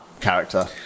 character